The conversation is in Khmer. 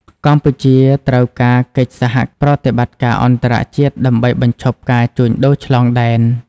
កម្ពុជាត្រូវការកិច្ចសហប្រតិបត្តិការអន្តរជាតិដើម្បីបញ្ឈប់ការជួញដូរឆ្លងដែន។